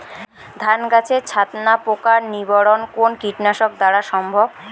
ধান গাছের ছাতনা পোকার নিবারণ কোন কীটনাশক দ্বারা সম্ভব?